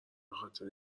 بخاطر